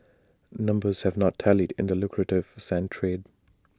numbers have not tallied in the lucrative sand trade